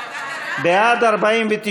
בעד, 49,